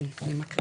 כן, אני מקריאה.